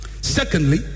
Secondly